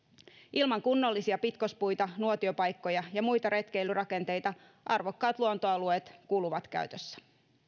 ilman kunnollisia pitkospuita nuotiopaikkoja ja muita retkeilyrakenteita arvokkaat luontoalueet kuluvat käytössä